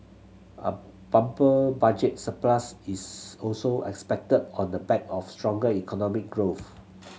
a bumper budget surplus is also expected on the back of stronger economic growth